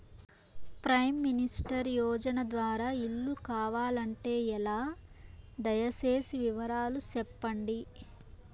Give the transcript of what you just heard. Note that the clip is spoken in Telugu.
ప్రైమ్ మినిస్టర్ యోజన ద్వారా ఇల్లు కావాలంటే ఎలా? దయ సేసి వివరాలు సెప్పండి?